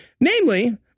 Namely